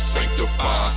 Sanctify